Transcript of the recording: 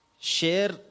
Share